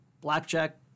blackjack